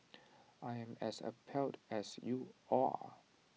I am as appalled as you all are